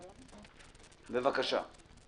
בבקשה.